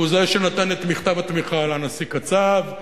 והוא זה שנתן את מכתב התמיכה לנשיא קצב,